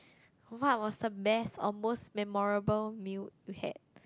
what was the best or most memorable meal you had